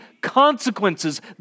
consequences